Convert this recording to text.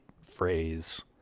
phrase